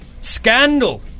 Scandal